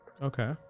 Okay